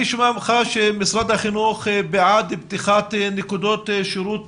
אני שומע ממך שמשרד החינוך בעד פתיחת נקודות שירות